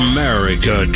America